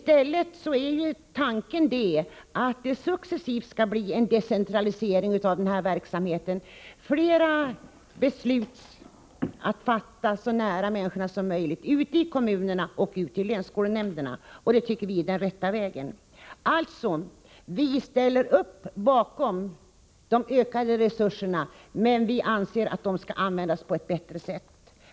Tanken är i stället att det successivt skall ske en decentralisering av denna verksamhet, så att flera beslut kan fattas så nära människorna som möjligt ute i kommunerna och i länsskolnämnderna. Det är den rätta vägen, enligt vår mening. Vi ställer oss alltså bakom ett förslag om ökade resurser, men vi anser att de skall användas på ett bättre sätt.